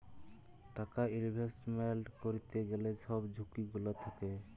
টাকা ইলভেস্টমেল্ট ক্যইরতে গ্যালে ছব ঝুঁকি গুলা থ্যাকে